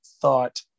thought